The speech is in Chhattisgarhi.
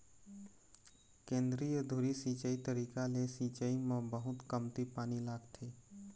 केंद्रीय धुरी सिंचई तरीका ले सिंचाई म बहुत कमती पानी लागथे